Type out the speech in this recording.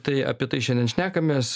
tai apie tai šiandien šnekamės